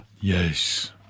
Yes